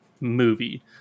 movie